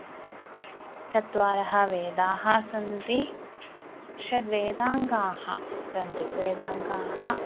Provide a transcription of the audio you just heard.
चत्वारः वेदाः सन्ति षड् वेदनिङ्गाः सन्ति वेदाङ्गानि